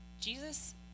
Jesus